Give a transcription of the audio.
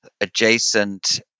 adjacent